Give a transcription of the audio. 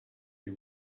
you